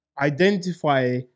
identify